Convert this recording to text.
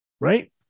Right